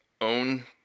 own